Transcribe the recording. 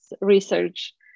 research